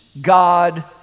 God